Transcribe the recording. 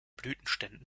blütenständen